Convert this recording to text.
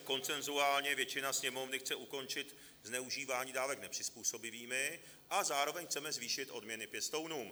Konsenzuálně většina Sněmovny chce ukončit zneužívání dávek nepřizpůsobivými a zároveň chceme zvýšit odměny pěstounům.